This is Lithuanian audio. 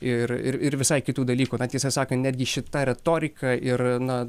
ir ir ir visai kitų dalykų na tiesą sakant netgi šita retorika ir na